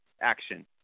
action